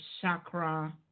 chakra